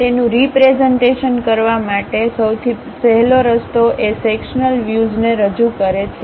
તેથી તેનું રીપ્રેઝન્ટેશન કરવા માટે સૌથી સહેલો રસ્તો એ સેક્શન્લ વ્યુઝને રજૂ કરે છે